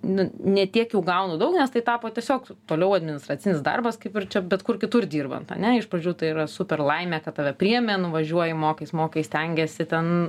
nu ne tiek jau gaunu daug nes tai tapo tiesiog toliau administracinis darbas kaip ir čia bet kur kitur dirbant ane iš pradžių tai yra super laimė kad tave priėmė nuvažiuoji mokais mokais stengiesi ten